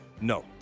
No